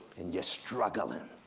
and you're struggling.